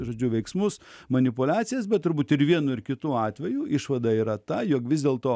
žodžiu veiksmus manipuliacijas bet turbūt ir vienu ir kitu atveju išvada yra ta jog vis dėlto